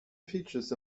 features